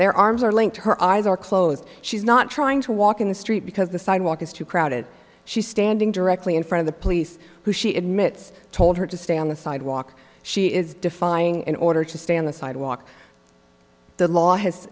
their arms are linked her eyes are closed she's not trying to walk in the street because the sidewalk is too crowded she's standing directly in front of the police who she admits told her to stay on the sidewalk she is defying an order to stay on the sidewalk the law has